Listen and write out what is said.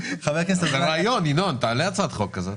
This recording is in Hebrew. ינון, זה רעיון, תעלה הצעת חוק כזאת...